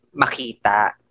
makita